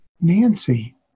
Nancy